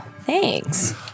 Thanks